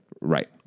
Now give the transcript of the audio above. Right